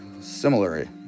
similarly